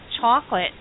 chocolate